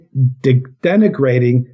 denigrating